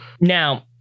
Now